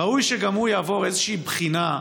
ראוי שגם הוא יעבור איזושהי בחינה,